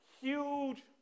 Huge